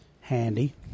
Handy